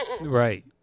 Right